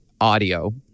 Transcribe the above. audio